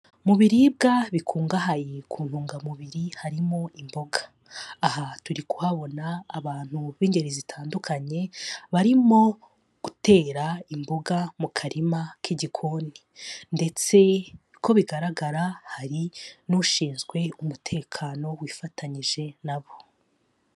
Mu biribwa bikungahaye ku ntungamubiri harimo imboga. Aha turi kuhabona abantu b'ingeri zitandukanye, barimo gutera imboga mu karima k'igikoni. Ndetse uko bigaragara hari n'ushinzwe umutekano wifatanyije na bo.